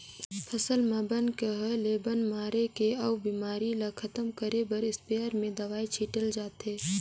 फसल म बन के होय ले बन मारे के अउ बेमारी ल खतम करे बर इस्पेयर में दवई छिटल जाथे